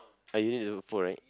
uh you need to fold right